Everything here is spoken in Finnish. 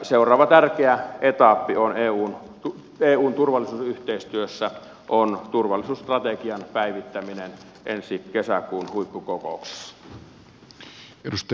seuraava tärkeä etappi eun turvallisuusyhteistyössä on turvallisuusstrategian päivittäminen ensi kesäkuun huippukokouksessa